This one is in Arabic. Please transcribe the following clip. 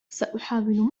سأحاول